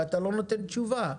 ואתה לא נותן תשובה.